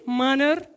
manner